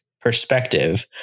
perspective